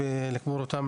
ולטמון אותם,